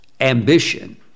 ambition